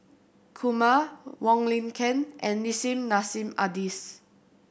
Kumar Wong Lin Ken and Nissim Nassim Adis